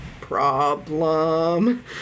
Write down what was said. problem